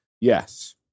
Yes